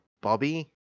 Bobby